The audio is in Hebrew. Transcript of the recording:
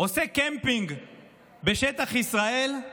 עושה קמפינג בשטח ישראל,